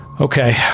Okay